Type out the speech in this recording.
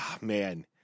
man